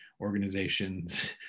organizations